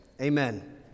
Amen